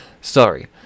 Sorry